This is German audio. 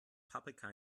paprika